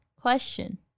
Question